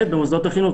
במוסדות החינוך,